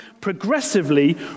progressively